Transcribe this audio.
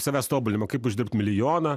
savęs tobulinimo kaip uždirbt milijoną